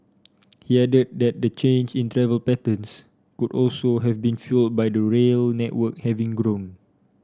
he added that the change in travel patterns could also have been fuelled by the rail network having grown